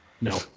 no